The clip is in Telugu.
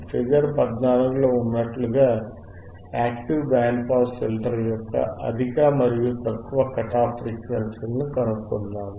ఫిగర్ 14 లో ఉన్నట్లుగా యాక్టివ్ బ్యాండ్ పాస్ ఫిల్టర్ యొక్క అధిక మరియు తక్కువ కట్ ఆఫ్ ఫ్రీక్వెన్సీలను కనుక్కుందాము